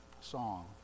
song